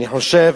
אני חושב